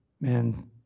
man